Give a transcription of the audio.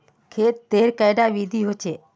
खेत तेर कैडा विधि होचे?